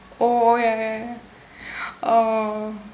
oh ya ya oh